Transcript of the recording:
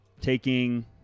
Taking